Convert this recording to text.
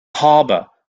harbour